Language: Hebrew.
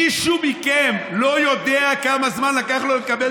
מישהו מכם לא יודע כמה זמן לקח לו לקבל